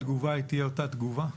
התגובה תהיה אותה תגובה?